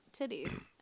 titties